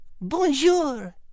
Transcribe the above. Bonjour